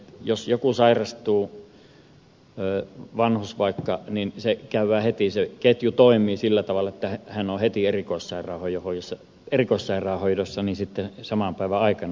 jos joku sairastuu vanhus vaikka niin se ketju toimii sillä tavalla että hän on heti erikoissairaanhoidossa saman päivän aikana